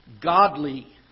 Godly